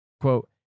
Quote